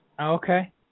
Okay